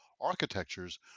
architectures